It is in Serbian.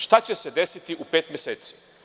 Šta će se desiti u pet meseci?